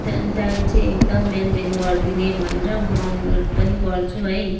टा टाइम चाहिँ एकदम मेन्टेन गरिदिने भनेर म अनुरोध पनि गर्छु है